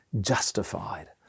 justified